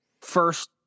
first